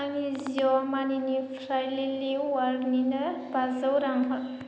आंनि जिय' मानिनिफ्राय लिलि औवारिनो पास्स' रां हर